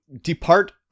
depart